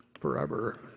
forever